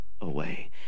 away